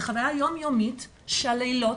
זו חוויה יום יומית שהלילות